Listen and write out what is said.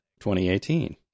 2018